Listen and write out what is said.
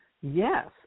yes